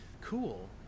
Cool